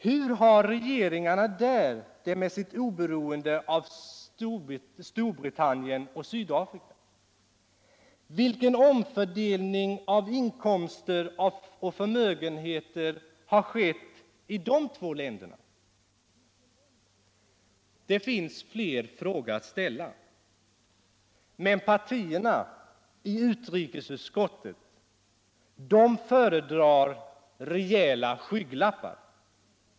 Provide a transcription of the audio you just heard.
Hur har regeringarna där det med sitt oberoende av Storbritannien och Sydafrika? Vilken omfördelning av inkomster och förmögenheter har skett i de här länderna? Det finns fler frågor att ställa, men partierna i utrikesutskottet föredrar rejäla skygglappar.